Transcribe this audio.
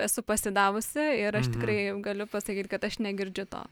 esu pasidavusi ir aš tikrai galiu pasakyt kad aš negirdžiu to